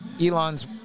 Elon's